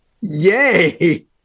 yay